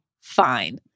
fine